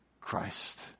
Christ